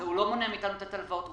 הוא לא מונע מאתנו לתת הלוואות.